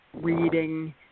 reading